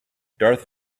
darth